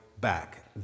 back